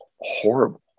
horrible